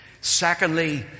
Secondly